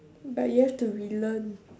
but you have to relearn